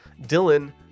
Dylan